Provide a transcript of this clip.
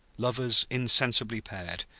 lovers insensibly paired,